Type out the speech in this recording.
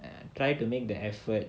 and try to make the effort